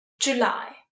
July